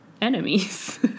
enemies